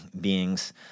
beings